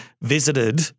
visited